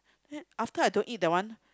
then after I don't eat that one